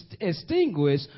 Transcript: extinguish